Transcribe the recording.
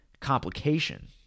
complication